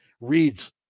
reads